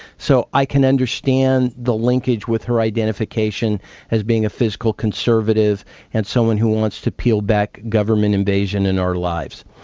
so i can understand the linkage with her identification as being a fiscal conservative and someone who wants to peel back government invasion in our lives.